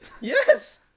Yes